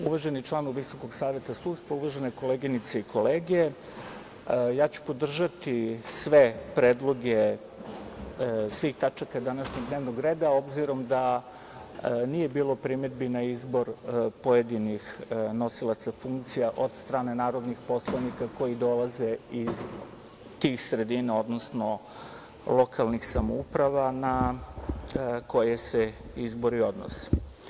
Uvaženi članu VSS, uvažene koleginice i kolege, ja ću podržati sve predloge svih tačaka današnjeg dnevnog reda obzirom da nije bilo primedbi na izbor pojedinih nosilaca funkcija od strane narodnih poslanika koji dolaze iz tih sredina, odnosno lokalnih samouprava na koje se izbori odnose.